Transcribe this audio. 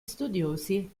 studiosi